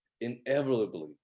inevitably